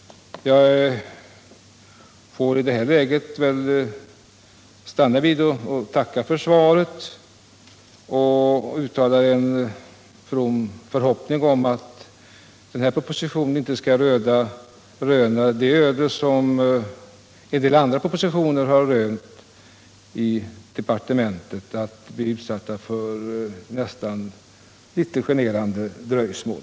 I det läget får jag stanna vid att tacka för svaret och uttala en from förhoppning om att denna proposition inte skall röna samma öde som en del andra propositioner har rönt i departementet, nämligen att bli utsatta för nästan litet generande dröjsmål.